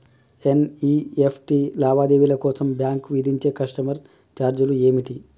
NEFT లావాదేవీల కోసం bank విధించే కస్టమర్ ఛార్జీలు ఏమిటి?